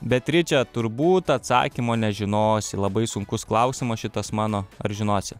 beatriče turbūt atsakymo nežinosi labai sunkus klausimas šitas mano ar žinosi